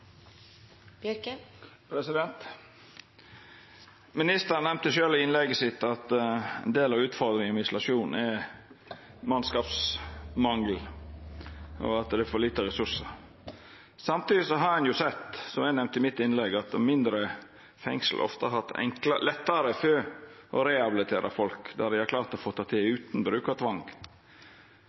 mannskapsmangel og for lite ressursar. Samtidig har ein sett, som eg nemnde i mitt innlegg, at mindre fengsel ofte har hatt lettare for å rehabilitera folk, og dei har klart å få det til utan